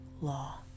law